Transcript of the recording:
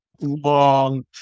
Long